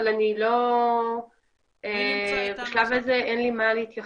אבל בשלב הזה אין לי מה להתייחס.